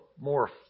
more